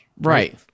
right